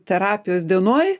terapijos dienoj